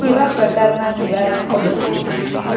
કેવા પ્રકારનાં નિવારક પગલાં